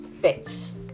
bits